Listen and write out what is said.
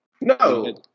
No